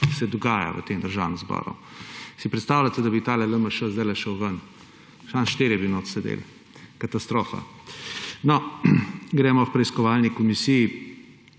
dogaja v tem državnem zboru. Si predstavljate, da bi tale LMŠ zdajle šel ven, samo štirje bi notri sedeli. Katastrofa! No, gremo k preiskovalni komisiji.